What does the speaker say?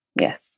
Yes